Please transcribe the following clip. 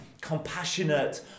compassionate